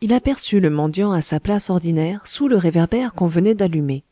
il aperçut le mendiant à sa place ordinaire sous le réverbère qu'on venait d'allumer